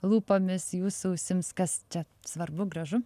lūpomis jūsų ausims kas čia svarbu gražu